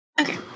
Okay